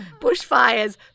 bushfires